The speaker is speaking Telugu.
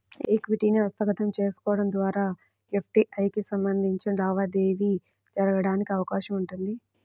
ఈక్విటీని హస్తగతం చేసుకోవడం ద్వారా ఎఫ్డీఐకి సంబంధించిన లావాదేవీ జరగడానికి అవకాశం ఉంటుంది